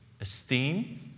esteem